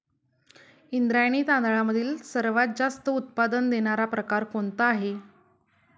इंद्रायणी तांदळामधील सर्वात जास्त उत्पादन देणारा प्रकार कोणता आहे?